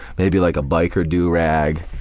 maybe like a biker do rag,